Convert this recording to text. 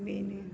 बेनो